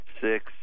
six